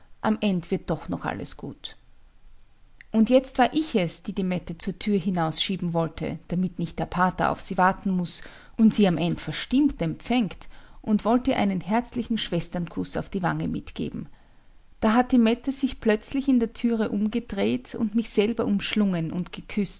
am end wird doch noch alles gut und jetzt war ich es die die mette zur türe hinausschieben wollte damit nicht der pater auf sie warten muß und sie am end verstimmt empfängt und wollt ihr einen herzlichen schwesternkuß auf den weg mitgeben da hat die mette sich plötzlich in der türe umgedreht und mich selber umschlungen und geküßt